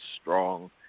strong